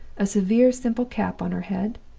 a severely simple cap on her head,